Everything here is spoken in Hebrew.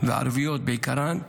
וערביות בעיקרן,